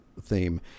theme